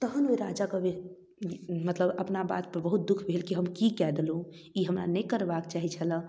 तहन ओ राजाके मतलब अपना बातपर बहुत दुःख भेल की हम की कए देलहुँ ई हमरा नहि करबाक चाही छलऽ